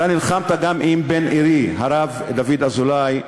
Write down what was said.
אתה נלחמת גם עם בן עירי הרב דוד אזולאי,